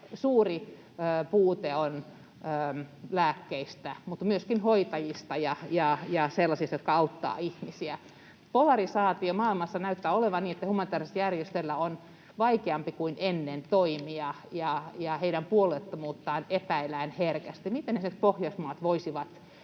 Suuri puute on lääkkeistä, mutta myöskin hoitajista ja sellaisista, jotka auttavat ihmisiä. Polarisaatio maailmassa näyttää olevan niin, että humanitääristen järjestöjen on vaikeampi toimia kuin ennen ja niiden puolueettomuutta epäillään herkästi. Miten esimerkiksi Pohjoismaat voisivat